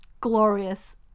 glorious